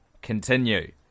continue